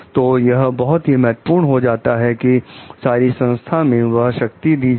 तो यह बहुत ही महत्वपूर्ण हो जाता है कि सारी संस्था में यह शक्ति दी जाए